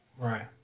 Right